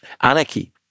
anarchy